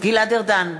גלעד ארדן,